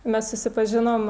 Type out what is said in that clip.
mes susipažinom